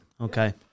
Okay